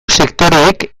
sektoreek